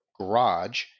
garage